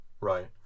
right